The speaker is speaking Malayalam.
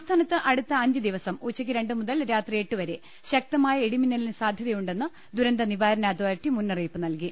സംസ്ഥാനത്ത് അടുത്ത അഞ്ചുദിവസം ഉച്ചയ്ക്ക് രണ്ടുമുതൽ രാത്രി എട്ടുവരെ ശക്തമായ ഇടിമിന്നലിന് സാധ്യതയുണ്ടെന്ന് ദുര ന്തനിവാരണ അതോറിറ്റി മുന്നറിയിപ്പ് നൽകി